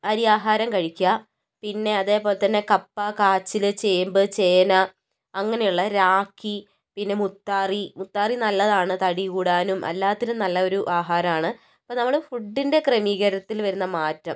അരിയാഹാരം കഴിക്കുക പിന്നെ അതേപോലെ തന്നെ കപ്പ കാച്ചിൽ ചേമ്പ് ചേന അങ്ങനെയുള്ള രാഗി പിന്നെ മുത്താറി മുത്താറി നല്ലതാണ് തടി കൂടാനും എല്ലാത്തിനും നല്ല ഒരു ആഹാരം ആണ് അപ്പോൾ നമ്മുടെ ഫുഡിൻ്റെ ക്രമീകരണത്തിൽ വരുന്ന മാറ്റം